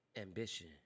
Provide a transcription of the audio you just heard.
Ambition